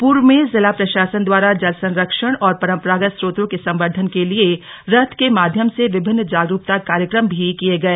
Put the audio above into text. पूर्व में जिला प्रशासन द्वारा जल संरक्षण और परंपरागत चोतों के संवर्द्वन के लिए रथ के माध्यम से विभिन्न जागरूकता कार्यक्रम भी किए गए